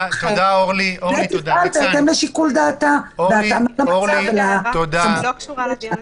והיא תפעל בהתאם לשיקול דעתה והתאמה למצב ולסמכויות שלה.